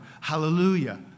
Hallelujah